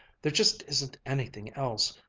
there just isn't anything else.